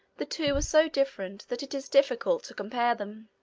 the two were so different that it is difficult to compare them.